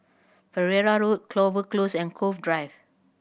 Pereira Road Clover Close and Cove Drive